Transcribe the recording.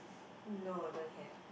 no don't have